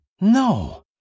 No